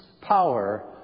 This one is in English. power